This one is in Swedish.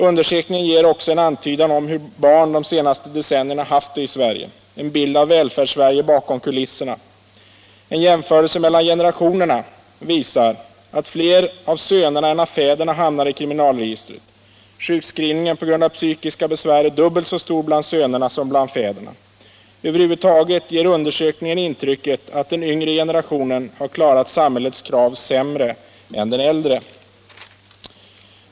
Undersökningen ger också en antydan om hur barn de senaste decennierna haft det i Sverige, en bild av Välfärdssverige bakom kulisserna. En jämförelse mellan generationerna visar att flera av sönerna än av fäderna hamnar i kriminalregistret. Sjukskrivningen på grund av psykiska besvär är dubbelt så stor bland sönerna som bland fäderna. Över huvud taget ger undersökningen intrycket att den yngre generationen har klarat samhällets krav sämre än den äldre.